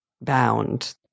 bound